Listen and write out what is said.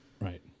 right